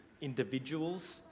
individuals